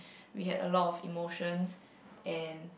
we had a lot of emotions and